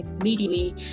immediately